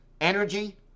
energy